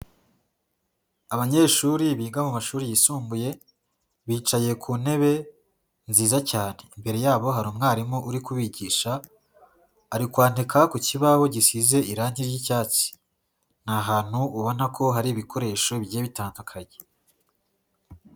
Abanyeshuri biga mu mashuri yisumbuye bicaye ku ntebe nziza cyane, imbere yabo hari umwarimu uri kubigisha, ari kwandika ku kibaho gisize irange ry'icyatsi, ni ahantu ubona ko hari ibikoresho bigiye bitandukanye.